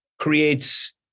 creates